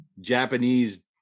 Japanese